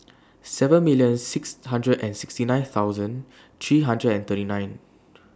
seven million six hundred and sixty nine thousand three hundred and thirty nine